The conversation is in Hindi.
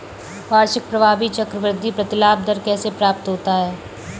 वार्षिक प्रभावी चक्रवृद्धि प्रतिलाभ दर कैसे प्राप्त होता है?